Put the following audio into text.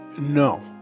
No